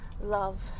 love